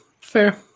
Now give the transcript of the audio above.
fair